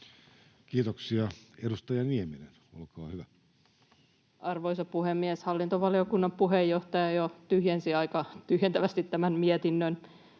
liittyviksi laeiksi Time: 23:53 Content: Arvoisa puhemies! Hallintovaliokunnan puheenjohtaja jo tyhjensi aika tyhjentävästi tämän mietinnön.